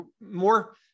more